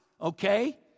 okay